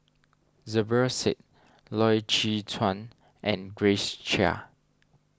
Zubir Said Loy Chye Chuan and Grace Chia